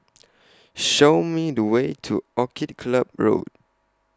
Show Me The Way to Orchid Club Road